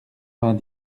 vingt